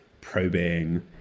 probing